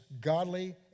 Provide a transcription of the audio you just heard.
godly